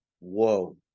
whoa